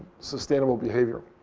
sustainable behavior,